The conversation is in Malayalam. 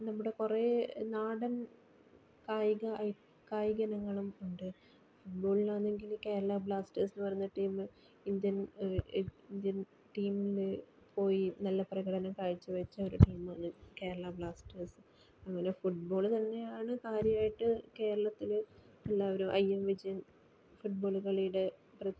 നമ്മുടെ കുറെ നാടൻ കായിക ഐ കായിക ഇനങ്ങളും ഉണ്ട് ഫുട് ബോളിനാണെങ്കിൽ കേരള ബ്ലാസ്റ്റേഴ്സ് എന്ന് പറഞ്ഞ ടീം ഇന്ത്യൻ ഇന്ത്യൻ ടീമിന് പോയി നല്ല പ്രകടനം കാഴ്ചവെച്ച ഒരു ടീമാണ് കേരള ബ്ലാസ്റ്റേഴ്സ് അങ്ങനെ ഫുട് ബോൾ തന്നെയാണ് കാര്യമായിട്ട് കേരളത്തിൽ ഉള്ള ഒരു I M Vijayan football കളിയുടെ പ്രത്യേ